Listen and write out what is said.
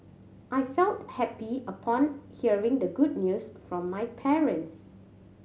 I felt happy upon hearing the good news from my parents